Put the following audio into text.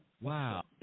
wow